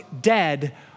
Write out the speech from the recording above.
dead